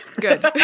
Good